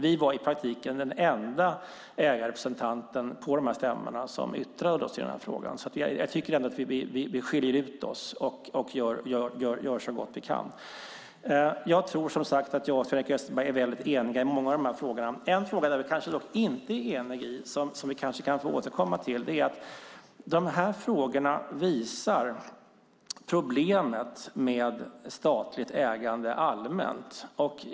Vi var i praktiken den enda ägarrepresentanten på stämmorna som yttrade oss i frågan. Vi tycker ändå att vi skiljer ut oss och gör så gott vi kan. Jag tror som sagt att jag och Sven-Erik Österberg är väldigt eniga i många av de här frågorna. Men en fråga där vi kanske inte är eniga och som vi kanske kan få återkomma till är att det här visar problemet med statligt ägande allmänt.